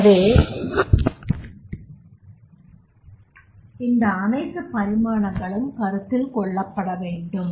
எனவே இந்த அனைத்து பரிமாணங்களும் கருத்தில் கொள்ளப்பட வேண்டும்